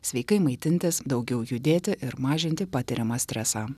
sveikai maitintis daugiau judėti ir mažinti patiriamą stresą